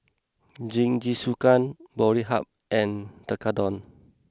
Jingisukan Boribap and Tekkadon